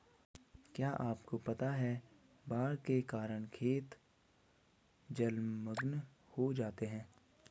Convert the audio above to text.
क्या आपको पता है बाढ़ के कारण खेत जलमग्न हो जाते हैं?